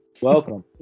Welcome